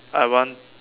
I want